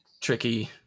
tricky